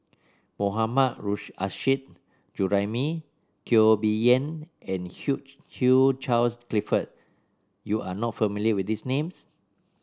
Mohammad Nurrasyid Juraimi Teo Bee Yen and Hugh Charles Clifford you are not familiar with these names